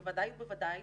בוודאי ובוודאי